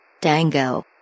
Dango